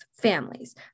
families